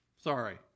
Sorry